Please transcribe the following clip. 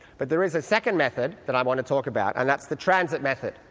but there is a second method that i want to talk about and that's the transit method.